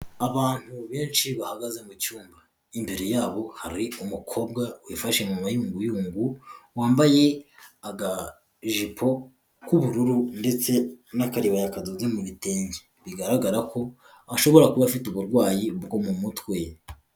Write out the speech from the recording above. Abantu benshi bahagaze mu cyumba, imbere yabo hari umukobwa wifashe mu mayunguyungu wambaye akajipo k'ubururu, ndetse n'akaribaya kadoda mu bitenge, bigaragara ko ashobora kuba afite uburwayi bwo mu mutwe.